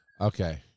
Okay